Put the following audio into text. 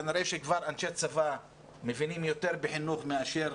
כנראה אנשי צבא מבינים יותר בחינוך מאשר